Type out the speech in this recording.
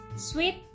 Sweet